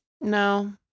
No